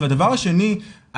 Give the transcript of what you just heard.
והדבר שני,